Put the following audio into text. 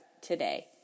today